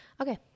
Okay